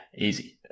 easy